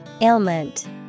Ailment